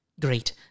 Great